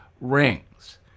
rings